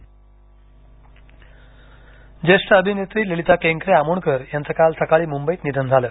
ललिता केंकरे ज्येष्ठ अभिनेत्री ललिता केंकरे आमोणकर यांचं काल सकाळी मुंबईत निधन झालं